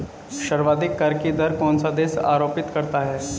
सर्वाधिक कर की दर कौन सा देश आरोपित करता है?